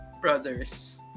brothers